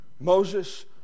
Moses